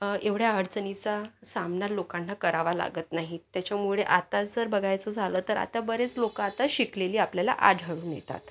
एवढ्या अडचणीचा सामना लोकांना करावा लागत नाही त्याच्यामुळे आता जर बघायचं झालं तर आता बरेच लोकं आता शिकलेली आपल्याला आढळून येतात